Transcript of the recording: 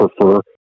prefer